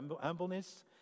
humbleness